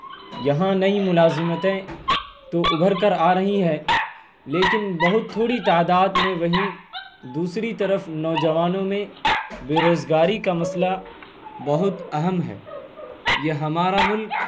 یہاں نئی ملازمتیں تو ابھر کر آ رہی ہے لیکن بہت تھوڑی تعداد میں وہیں دوسری طرف نوجوانوں میں بے روزگاری کا مسئلہ بہت اہم ہے یہ ہمارا ملک